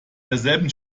derselben